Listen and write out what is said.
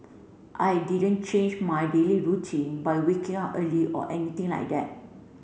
I didn't change my daily routine by waking up early or anything like that